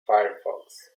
firefox